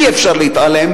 אי-אפשר להתעלם